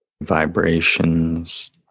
vibrations